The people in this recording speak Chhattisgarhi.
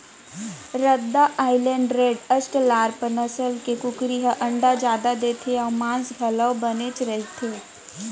रद्दा आइलैंड रेड, अस्टालार्प नसल के कुकरी ह अंडा जादा देथे अउ मांस घलोक बनेच रहिथे